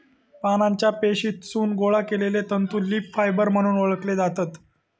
पानांच्या पेशीतसून गोळा केलले तंतू लीफ फायबर म्हणून ओळखले जातत